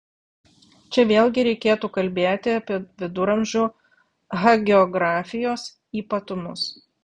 čia vėlgi reikėtų kalbėti apie viduramžių hagiografijos ypatumus